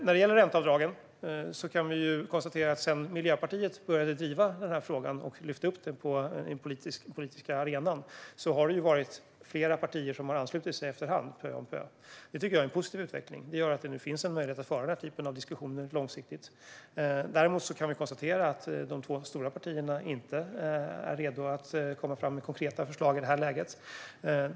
När det gäller ränteavdragen kan vi konstatera att sedan Miljöpartiet började driva frågan och lyfte upp den på den politiska arenan har det varit flera partier som har anslutit sig efter hand och pö om pö. Det tycker jag är en positiv utveckling, för det gör att det nu finns en möjlighet att föra denna typ av diskussioner långsiktigt. Däremot kan vi konstatera att de två stora partierna inte är redo att komma fram med konkreta förslag i det här läget.